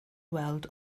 weld